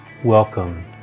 Welcome